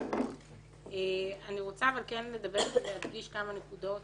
אני רוצה כן לדבר ולהדגיש כמה נקודות,